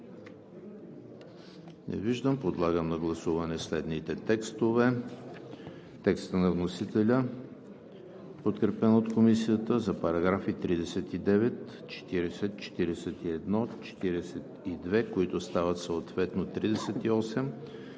Не виждам. Подлагам на гласуване следните текстове: текста на вносителя, подкрепен от Комисията за параграфи 39, 40, 41, 42, които стават съответно